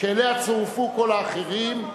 שאליה צורפו כל האחרים.